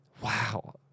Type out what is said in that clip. Wow